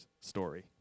story